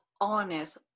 honest